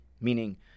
meaning